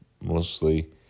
mostly